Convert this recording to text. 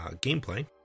gameplay